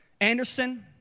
Anderson